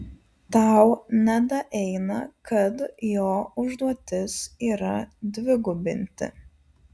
tau nedaeina kad jo užduotis yra dvigubinti